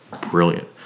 brilliant